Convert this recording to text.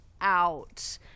out